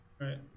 right